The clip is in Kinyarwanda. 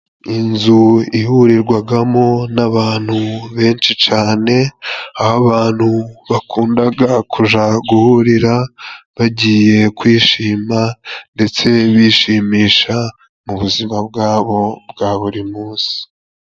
Inzu ihurirwagamo n'abantu benshi cyane, aho abantu bakundaga kuja guhurira bagiye kwishima, ndetse bishimisha mu buzima bwabo bwa buri munsi.